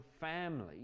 family